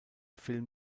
film